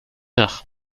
heure